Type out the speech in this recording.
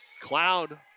Cloud